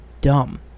dumb